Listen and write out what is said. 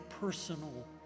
personal